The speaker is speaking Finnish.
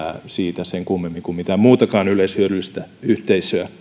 siitä sen kummemmin kuin mitään muutakaan yleishyödyllistä yhteisöä